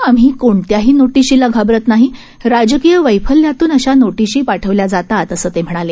आम्हीकोणत्याहीनोटिशीलाघाबरतनाही राजकीयवैफल्यातूनअशानोटिशीपाठवल्याजातातअसंतेम्हणाले